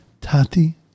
Tati